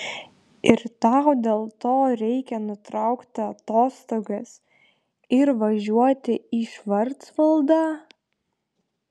ir tau dėl to reikia nutraukti atostogas ir važiuoti į švarcvaldą